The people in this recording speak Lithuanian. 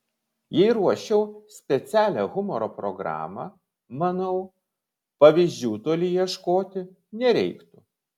jei ruoščiau specialią humoro programą manau pavyzdžių toli ieškoti nereiktų